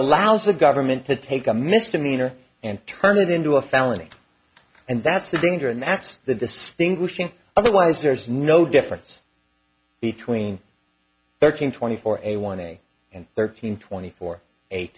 allows the government to take a misdemeanor and turn it into a felony and that's the danger and that's the distinguishing otherwise there's no difference between thirteen twenty four a one day and thirteen twenty four